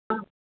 हा